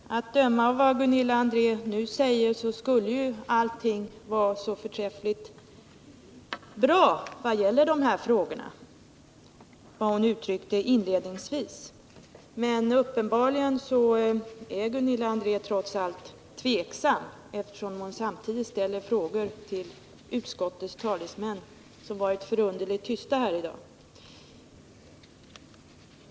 Herr talman! Att döma av vad Gunilla André nu sade i början av sitt anförande är allting förträffligt på det här området. Men uppenbarligen är Gunilla André ändå tveksam, eftersom hon samtidigt ställde frågor till utskottets företrädare, som varit förunderligt tyst här i dag.